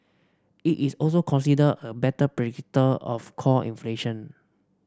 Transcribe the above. it is also considered a better predictor of core inflation